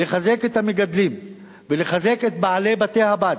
לחזק את המגדלים ולחזק את בעלי בתי-הבד